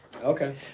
Okay